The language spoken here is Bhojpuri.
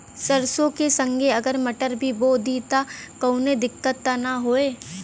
सरसो के संगे अगर मटर भी बो दी त कवनो दिक्कत त ना होय?